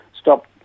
stop